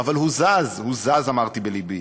'אבל הוא זז, הוא זז!' אמרתי בלבי: